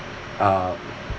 uh